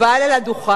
על הדוכן,